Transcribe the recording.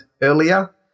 earlier